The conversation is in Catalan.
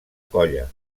colla